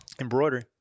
Embroidery